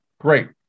great